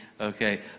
okay